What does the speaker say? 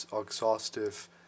exhaustive